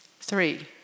Three